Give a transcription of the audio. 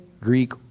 Greek